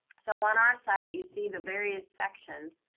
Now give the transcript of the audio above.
so on our site, you see the various sections.